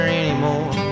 anymore